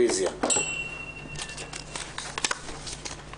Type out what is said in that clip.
(הגבלת פיטורים של אישה השוהה במקלט לנשים מוכות),